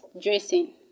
dressing